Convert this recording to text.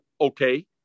okay